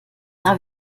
darf